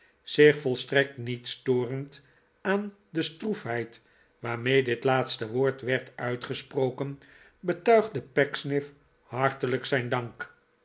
zich volstrekt niet storend aan de stroefheid waarmee dit laatste woord werd uitgesproken betuigde pecksniff hartelijk zijn dank